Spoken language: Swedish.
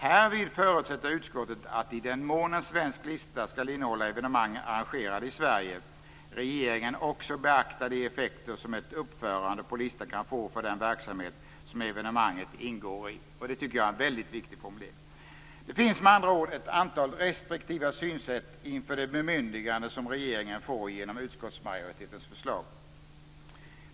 Härvid förutsätter utskottet att - i den mån en svensk lista skall innehålla evenemang arrangerade i Sverige - regeringen också beaktar de effekter som ett uppförande på listan kan få för den verksamhet som evenemanget ingår i. Det är en väldigt viktig formulering. Det finns med andra ord ett antal restriktiva synsätt inför det bemyndigande som regeringen får genom utskottsmajoritetens förslag.